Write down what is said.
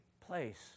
place